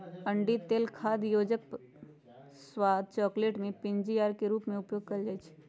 अंडिके तेल खाद्य योजक, स्वाद, चकलेट में पीजीपीआर के रूप में उपयोग कएल जाइछइ